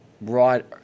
right